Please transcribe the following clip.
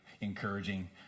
encouraging